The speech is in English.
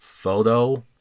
photo